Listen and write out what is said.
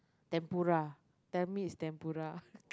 tempura tell me it's tempura